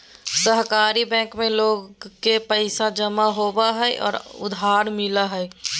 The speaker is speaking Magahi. सहकारी बैंक में लोग के पैसा जमा होबो हइ और उधार मिलो हइ